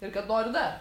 ir kad noriu dar